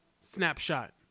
snapshot